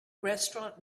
restaurant